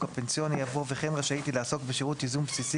הפנסיוני" יבוא "וכן רשאית היא לעסוק בשירות ייזום בסיסי